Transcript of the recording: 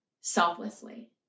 selflessly